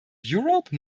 europe